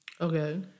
Okay